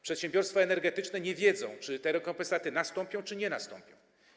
Przedsiębiorstwa energetyczne nie wiedzą, czy te rekompensaty nastąpią, czy nie nastąpią.